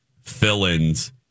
fill-ins